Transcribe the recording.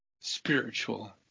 spiritual